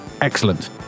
Excellent